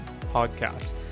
podcast